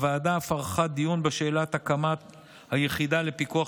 הוועדה אף ערכה דיון בשאלת הקמת היחידה לפיקוח